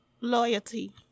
Loyalty